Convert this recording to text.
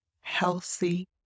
healthy